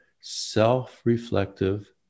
self-reflective